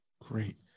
Great